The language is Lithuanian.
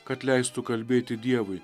kad leistų kalbėti dievui